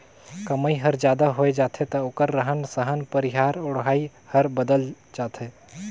कमई हर जादा होय जाथे त ओखर रहन सहन पहिराई ओढ़ाई हर बदलत जाथे